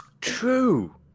true